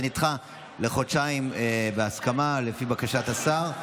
זה נדחה לחודשיים בהסכמה, לפי בקשת השר.